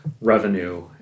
revenue